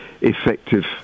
effective